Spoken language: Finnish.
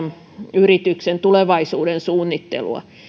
yrityksen tulevaisuuden suunnittelua